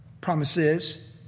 promises